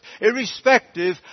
Irrespective